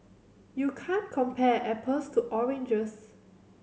you can't compare apples to oranges